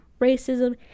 racism